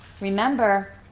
Remember